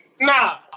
Nah